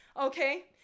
Okay